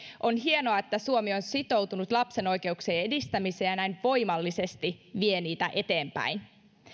on hienoa että suomi on sitoutunut lapsen oikeuksien edistämiseen ja näin voimallisesti vie niitä eteenpäin